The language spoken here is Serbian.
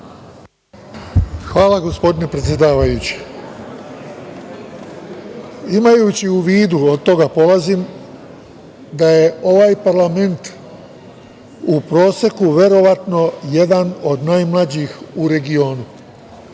Hvala, gospodine predsedavajući. Imajući u vidu, od toga polazim, da je ovaj parlament u proseku verovatno jedan od najmlađih u regionu.